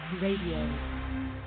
Radio